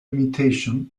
limitation